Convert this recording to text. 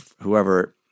whoever